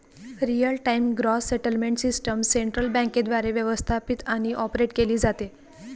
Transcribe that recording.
real time gross settlement system central बँकेद्वारे व्यवस्थापित आणि ऑपरेट केली जाते